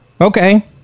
Okay